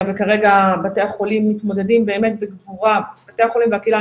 וכרגע בתי החולים מתמודדים באמת בצורה בתי החולים והקהילה,